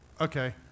Okay